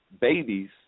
Babies